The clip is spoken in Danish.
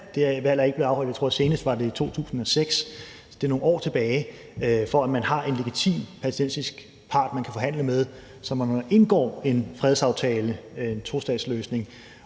valg, der blev afholdt, var i 2006, tror jeg, og det er jo nogle år tilbage – for at man har en legitim palæstinensisk part, man kan forhandle med, sådan at når man indgår en fredsaftale, en tostatsløsning,